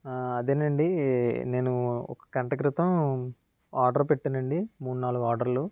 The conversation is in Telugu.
అదేనండీ నేను ఒక గంట క్రితం ఆర్డర్ పెట్టానండీ మూడు నాలుగు ఆర్డర్లు